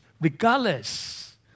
regardless